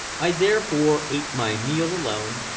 i therefore ate my meal alone,